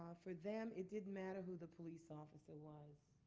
ah for them, it didn't matter who the police officer was.